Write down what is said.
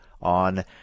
on